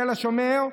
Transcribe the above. לתל השומר,